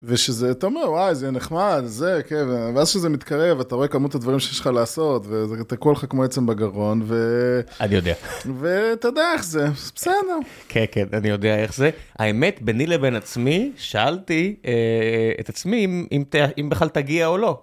ושזה, אתה אומר, וואי, זה יהיה נחמד, זה, כן, ואז כשזה מתקרב, אתה רואה כמות הדברים שיש לך לעשות, וזה תקוע לך כמו עצם בגרון, ו... אני יודע. ואתה יודע איך זה, בסדר. כן, כן, אני יודע איך זה. האמת, ביני לבין עצמי, שאלתי את עצמי אם בכלל תגיע או לא.